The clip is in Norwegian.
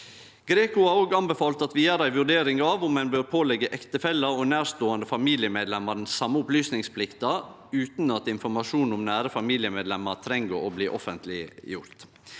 GRECO har òg anbefalt at vi gjer ei vurdering av om ein bør påleggje ektefellar og nærståande familiemedlemer den same opplysningsplikta, utan at informasjon om nære familiemedlemer treng å bli offentleggjord.